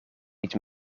niet